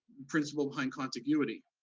principle behind contiguity.